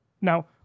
Now